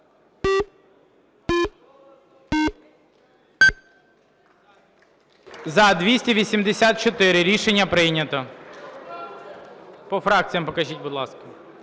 За-284 Рішення прийнято. По фракціях покажіть, будь ласка: